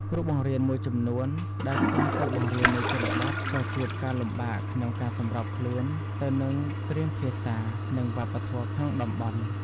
គ្រូបង្រៀនមួយចំនួនដែលផ្លាស់ទៅបង្រៀននៅជនបទក៏ជួបការលំបាកក្នុងការសម្របខ្លួនទៅនឹងគ្រាមភាសា និងវប្បធម៌ក្នុងតំបន់។